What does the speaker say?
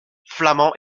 flamand